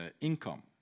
income